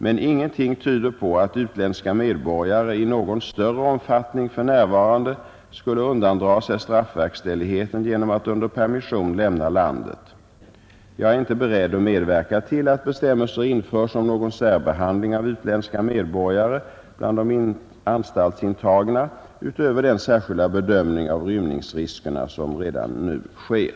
Men ingenting tyder på att utländska medborgare i någon större omfattning för närvarande skulle undandra sig straffverkställigheten genom att under permission lämna landet. Jag är inte beredd att medverka till att bestämmelser införs om någon särbehandling av utländska medborgare bland de anstaltsintagna utöver den särskilda bedömningen av rymningsriskerna som redan nu sker.